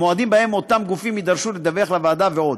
המועדים שבהם אותם גופים יידרשו לדווח לוועדה ועוד.